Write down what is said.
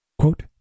Quote